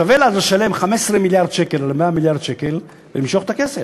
שווה לה לשלם 15 מיליארד שקל על ה-100 מיליארד שקל ולמשוך את הכסף.